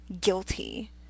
guilty